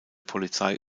polizei